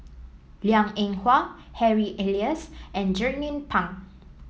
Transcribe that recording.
Liang Eng Hwa Harry Elias and Jernnine Pang